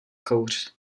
kouř